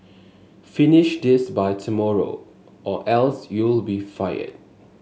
finish this by tomorrow or else you'll be fired